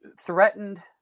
threatened